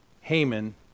Haman